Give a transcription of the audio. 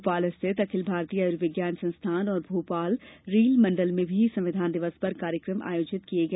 भोपाल स्थित अखिल भारतीय आयुर्विज्ञान संस्थान और भोपाल रेल मंडल में भी संविधान दिवस पर कार्यकमों का आयोजन किया गया